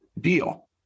deal